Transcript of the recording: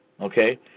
Okay